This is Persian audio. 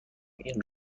این